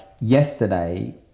yesterday